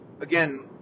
again